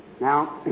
Now